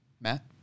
Matt